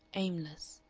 aimless.